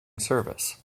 service